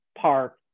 Park